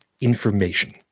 information